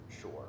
sure